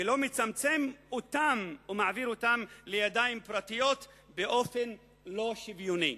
ולא מצמצם אותם ומעביר אותם לידיים פרטיות באופן לא שוויוני.